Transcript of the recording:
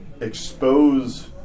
expose